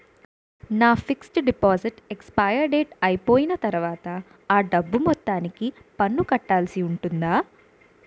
నా fixed deposit expiry date అయిపోయిన తర్వాత అ డబ్బు మొత్తానికి పన్ను కట్టాల్సి ఉంటుందా?